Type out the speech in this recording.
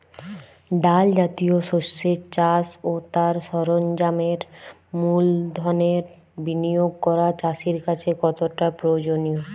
ডাল জাতীয় শস্যের চাষ ও তার সরঞ্জামের মূলধনের বিনিয়োগ করা চাষীর কাছে কতটা প্রয়োজনীয়?